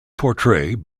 portrayed